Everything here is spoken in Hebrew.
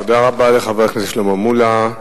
תודה רבה לחבר הכנסת שלמה מולה.